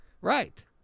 Right